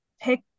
pick